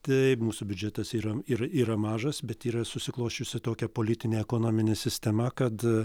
taip mūsų biudžetas yra ir yra mažas bet yra susiklosčiusi tokia politinė ekonominė sistema kad